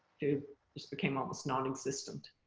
it just became almost non-existent